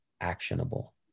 actionable